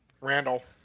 Randall